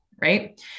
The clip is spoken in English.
right